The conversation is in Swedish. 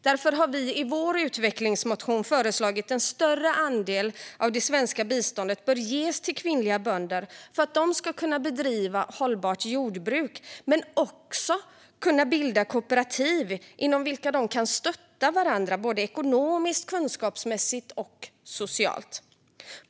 Därför har vi i vår utvecklingsmotion föreslagit att en större andel av det svenska biståndet ska ges till kvinnliga bönder för att de ska kunna bedriva hållbart jordbruk men också kunna bilda kooperativ inom vilka de kan stötta varandra ekonomiskt, kunskapsmässigt och socialt.